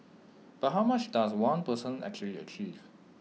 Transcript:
but how much does one person actually achieve